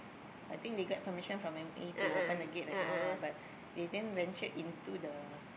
I think they get permission from M_P to open the gate and all lah but they didn't ventured into the